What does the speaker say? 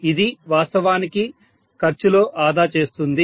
ఇది వాస్తవానికి ఖర్చులో ఆదా చేస్తుంది